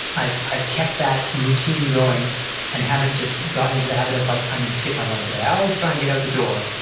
i've i've kept that routine going and haven't just gotten into the habit of like, i'm going to skip my run today. i always try and get out the door.